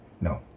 no